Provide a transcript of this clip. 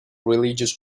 religious